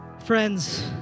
Friends